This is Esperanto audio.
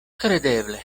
kredeble